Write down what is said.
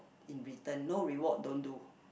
in return no reward don't do